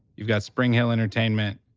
you've got springhill entertainment,